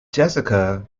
jessica